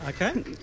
Okay